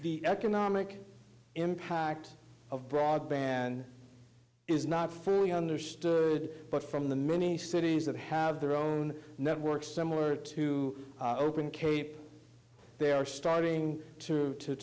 the economic impact of broadband is not fully understood but from the many cities that have their own networks similar to open cape they are starting to